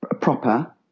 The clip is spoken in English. proper